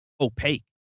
opaque